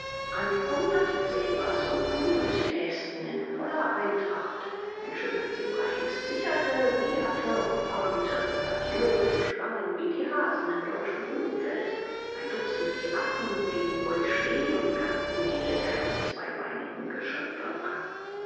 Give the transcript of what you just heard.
an hundert zebras und gnus ästen in voller eintracht ein schöner zebrahengst sicherte wieherte und warnte antilopen sprangen wie die hasen im deutschen rübenfeld ein dutzend giraffen blieben ruhig stehen und gafften die lächerlichen zweibeinigen geschöpfe an